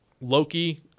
Loki